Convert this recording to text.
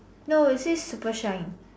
no it says super shine